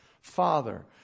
Father